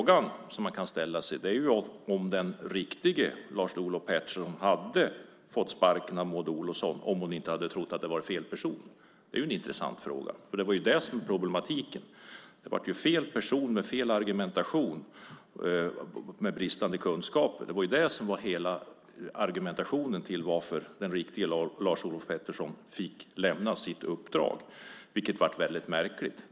Den fråga man kan ställa sig är om den riktige Lars-Olof Pettersson hade fått sparken av Maud Olofsson om hon inte hade trott att han var någon annan. Det är en intressant fråga. Problemet är ju att argumentet gällde fel person med bristande kunskaper. Det var ju argumentet för att den riktige Lars-Olof Pettersson fick lämna sitt uppdrag. Det blev väldigt märkligt.